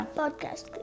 podcast